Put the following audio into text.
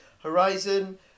Horizon